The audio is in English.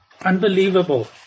unbelievable